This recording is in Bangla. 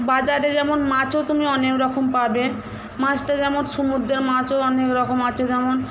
বাজারে যেমন মাছও তুমি অনেক রকম পাবে মাছটা যেমন সমুদ্রের মাছও অনেক রকম আছে যেমন